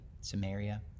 Samaria